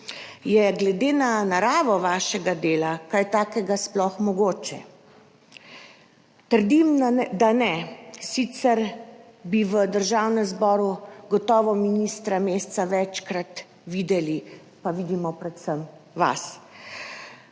Je glede na naravo vašega dela kaj takega sploh mogoče? Trdim, da ne, sicer bi v Državnem zboru gotovo ministra Mesca večkrat videli, pa vidimo predvsem vas.